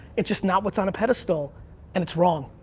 it's just not what's on a pedestal and it's wrong.